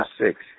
six